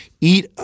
Eat